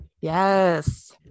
Yes